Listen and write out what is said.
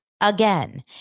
again